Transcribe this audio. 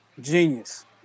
genius